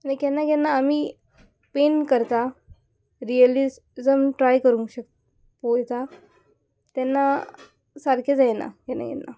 आनी केन्ना केन्ना आमी पेंट करता रियलिसम ट्राय करूंक शकता पोयता तेन्ना सारकें जायना केन्ना केन्ना